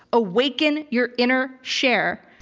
awaken your inner cher.